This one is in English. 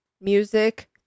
music